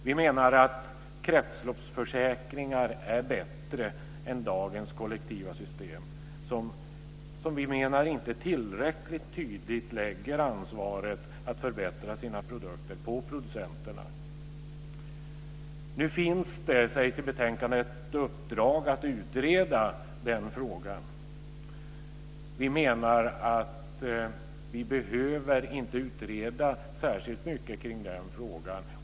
Vi menar att kretsloppsförsäkringar är bättre än dagens kollektiva system, som vi menar inte tillräckligt tydligt lägger ansvaret att förbättra produkterna på producenterna. Nu finns det, sägs i betänkandet, ett uppdrag att utreda frågan. Vi menar att vi inte behöver utreda särskilt mycket omkring den här frågan.